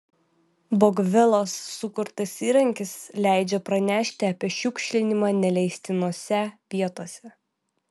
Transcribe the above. bogvilos sukurtas įrankis leidžia pranešti apie šiukšlinimą neleistinose vietose